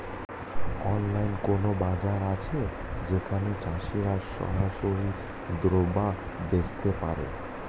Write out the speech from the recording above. অনলাইনে কোনো বাজার আছে যেখানে চাষিরা সরাসরি দ্রব্য বেচতে পারে?